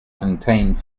contained